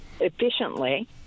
efficiently